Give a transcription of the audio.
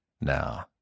Now